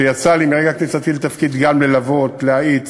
ויצא לי, מרגע כניסתי לתפקיד, גם ללוות, להאיץ,